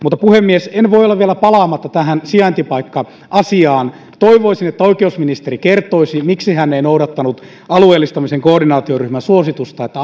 puhemies en voi olla vielä palaamatta tähän sijaintipaikka asiaan toivoisin että oikeusministeri kertoisi miksi hän ei noudattanut alueellistamisen koordinaatioryhmän suositusta että